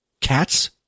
cats